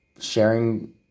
sharing